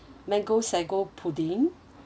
mango sago pudding